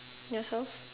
ya so